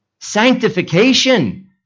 sanctification